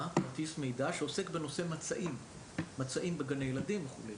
שעוסק בנושא מצעים בגני ילדים וכו'.